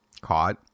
caught